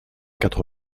quatre